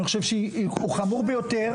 אני חושב שהוא חמור ביותר,